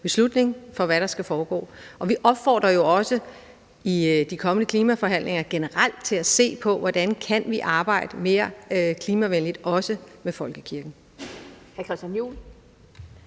beslutning om, hvad der skal foregå. Og vi opfordrer jo også i de kommende klimaforhandlinger generelt til at se på, hvordan vi kan arbejde mere klimavenligt, også med folkekirken.